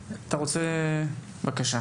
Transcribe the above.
בבקשה.